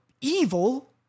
evil